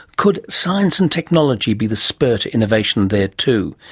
could science and technology be the spur to innovation there too?